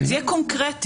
יהיה קונקרטי.